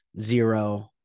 zero